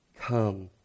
come